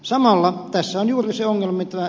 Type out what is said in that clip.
samalla tässä on juuri se ongelma mitä ed